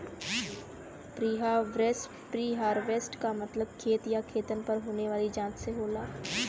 preharvest क मतलब खेत या खेतन पर होने वाली जांच से होला